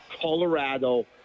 Colorado